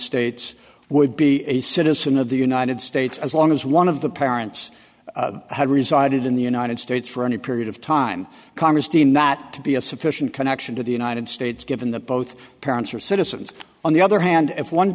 states would be a citizen of the united states as long as one of the parents had resided in the united states for any period of time congress deemed not to be a safe connection to the united states given that both parents are citizens on the other hand if one